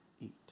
eat